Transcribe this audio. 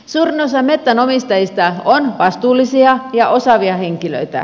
suurin osa metsänomistajista on vastuullisia ja osaavia henkilöitä